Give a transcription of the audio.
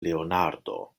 leonardo